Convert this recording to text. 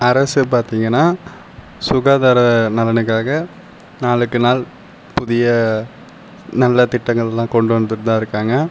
அரசு பார்த்தீங்கன்னா சுகாதார நலனுக்காக நாளுக்கு நாள் புதிய நல்ல திட்டங்களெல்லாம் கொண்டு வந்துட்டு தான் இருக்காங்க